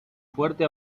fuerte